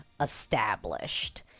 established